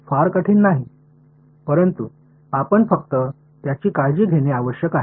फार कठीण नाही परंतु आपण फक्त त्याची काळजी घेणे आवश्यक आहे